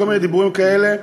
כל מיני דיבורים כאלה,